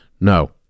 No